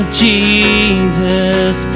jesus